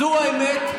זו האמת.